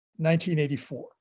1984